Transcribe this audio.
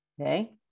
Okay